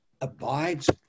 abides